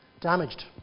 damaged